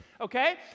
Okay